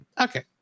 Okay